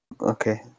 Okay